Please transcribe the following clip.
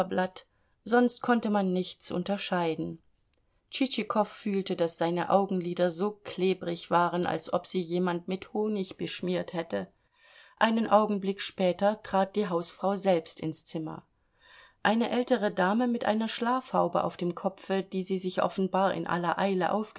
sonst konnte man nichts unterscheiden tschitschikow fühlte daß seine augenlider so klebrig waren als ob sie jemand mit honig beschmiert hätte einen augenblick später trat die hausfrau selbst ins zimmer eine ältere dame mit einer schlafhaube auf dem kopfe die sie sich offenbar in aller eile